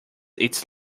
its